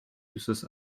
uses